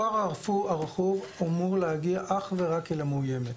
הכוח הרכוב אמור להגיע אך ורק למאוימת,